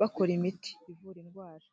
bakora imiti ivura indwara.